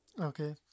Okay